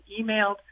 emailed